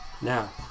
Now